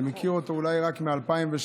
אני מכיר אותו אולי רק מ-2018,